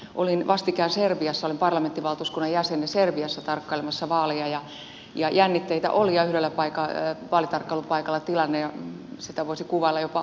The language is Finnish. olin vastikään serbiassa olen parlamenttivaltuuskunnan jäsen tarkkailemassa vaaleja ja jännitteitä oli ja yhdellä vaalitarkkailupaikalla tilannetta voisi kuvailla jopa uhkaavaksi